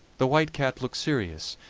the white cat looked serious,